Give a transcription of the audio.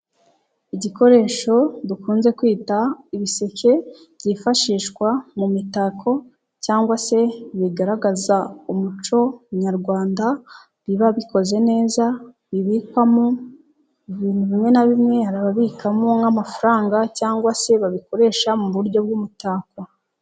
Ibikoresho dukunze kwita ibiseke, byifashishwa mu mitako cyangwa se bigaragaza umuco nyarwanda, biba bikoze neza, bibikwamo ibintu bimwe na bimwe, hari ababikamo nk'amafaranga cyangwa se babikoresha muburyo bw'umutako.